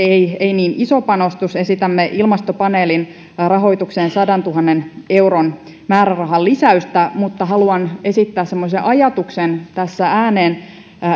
ei ole euromääräisesti niin iso panostus esitämme ilmastopaneelin rahoitukseen sadantuhannen euron määrärahalisäystä mutta haluan esittää semmoisen ajatuksen tässä ääneen